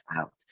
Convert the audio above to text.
out